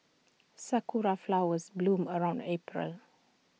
Sakura Flowers bloom around April